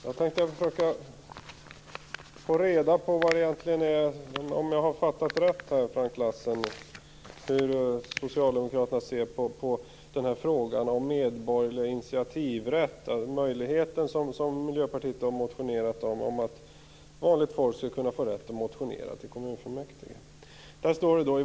Herr talman! Jag tänkte ta reda på om jag har fattat rätt när det gäller hur socialdemokraterna ser på frågan om medborgerlig initiativrätt, en möjlighet som Miljöpartiet har motionerat om. Avsikten är att vanligt folk skall få rätt att motionera till kommunfullmäktige.